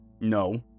No